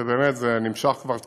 זה באמת נמשך כבר תקופה,